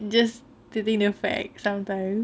just stating the facts sometimes